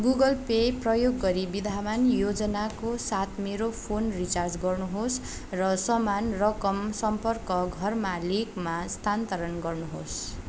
Google Pay प्रयोग गरी विधामान योजनाको साथ मेरो फोन रिचार्ज गर्नुहोस् र समान रकम सम्पर्क घर मालिकमा स्थानान्तरण गर्नुहोस्